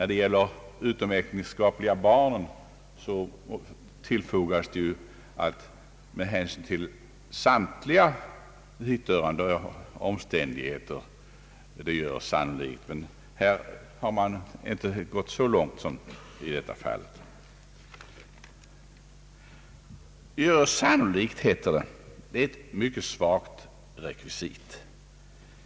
Då det gäller faderskapet till utomäktenskapliga barn — som vi talade om i förra veckan — tillfogas ju att det med hänsyn till samtliga hithörande omständigheter görs sannolikt, men här har man inte gått så långt. ”Gör sannolikt”, heter det. Detta är ett mycket svagt rekvisit.